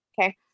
Okay